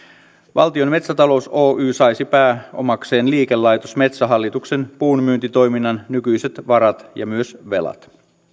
valtion metsätalous osakeyhtiö saisi pääomakseen liikelaitos metsähallituksen puunmyyntitoiminnan nykyiset varat ja myös velat